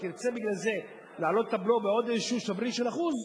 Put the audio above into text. ותרצה בגלל זה להעלות את הבלו בעוד איזה שבריר של אחוז,